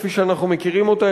כפי שאנחנו מכירים אותה,